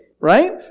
Right